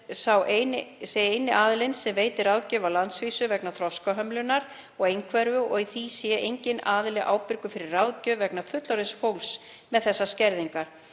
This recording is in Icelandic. stofnun sé eini aðilinn sem veiti ráðgjöf á landsvísu vegna þroskahömlunar og einhverfu og því sé enginn aðili ábyrgur fyrir ráðgjöf vegna fullorðins fólks með þessar skerðingar.